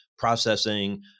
processing